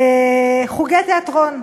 חוגי תיאטרון.